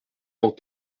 saint